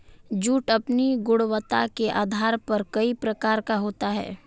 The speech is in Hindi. जूट अपनी गुणवत्ता के आधार पर कई प्रकार का होता है